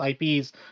IPs